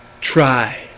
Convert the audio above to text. Try